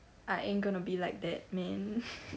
I ain't gonna be like that man